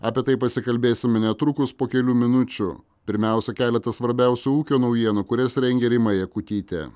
apie tai pasikalbėsime netrukus po kelių minučių pirmiausia keletą svarbiausių ūkio naujienų kurias rengė rima jakutytė